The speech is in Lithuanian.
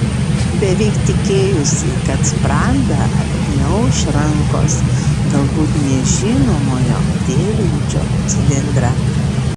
beveik tikėjosi kad sprandą apgniauš rankos galbūt nežinomojo dėvinčio cilindrą